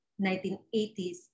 1980s